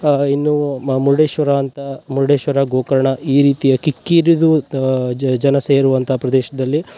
ಇನ್ನೂ ಮುರುಡೇಶ್ವರ ಅಂತ ಮುರುಡೇಶ್ವರ ಗೋಕರ್ಣ ಈ ರೀತಿಯ ಕಿಕ್ಕಿರಿದು ಜನ ಸೇರುವಂಥ ಪ್ರದೇಶದಲ್ಲಿ